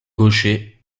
gaucher